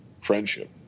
friendship